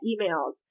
emails